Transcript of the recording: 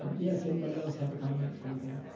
um yes anybody else have a comment, anything?